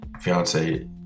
fiance